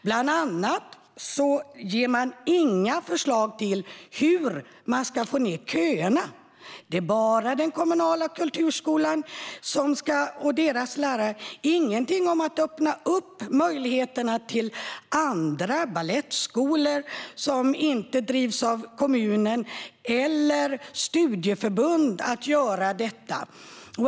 Bland annat ger man inga förslag på hur man ska korta köerna. Det är bara den kommunala kulturskolan och deras lärare som gäller; det finns ingenting om att öppna möjligheterna för andra - som balettskolor som inte drivs av kommunen, eller studieförbund - att delta.